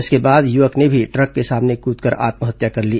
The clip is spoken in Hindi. इसके बाद युवक ने भी ट्रक के सामने कूदकर आत्महत्या कर ली